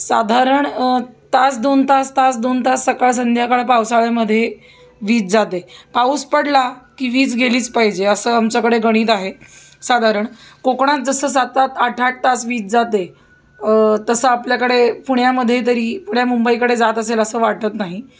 साधारण तास दोन तास तास दोन तास सकाळ संध्याकाळ पावसाळ्यामध्ये वीज जाते पाऊस पडला की वीज गेलीच पाहिजे असं आमच्याकडे गणित आहे साधारण कोकणात जसं सात सात आठ आठ तास वीज जाते तसं आपल्याकडे पुण्यामध्ये तरी पुण्या मुंबईकडे जात असेल असं वाटत नाही